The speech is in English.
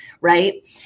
right